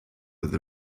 with